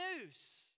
news